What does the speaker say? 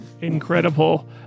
Incredible